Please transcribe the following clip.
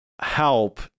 help